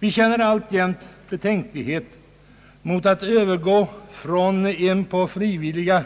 Vi känner alltjämt betänkligheter mot att övergå från en på frivilliga